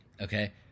okay